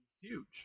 huge